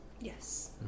yes